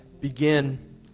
begin